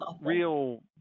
real